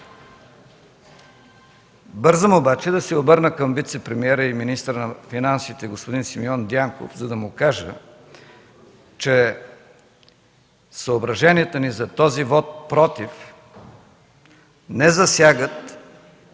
Бързам обаче да се обърна към вицепремиера и министър на финансите господин Симеон Дянков, за да му кажа, че съображенията ни за този вот „против” не засягат